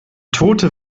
tote